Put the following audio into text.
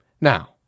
now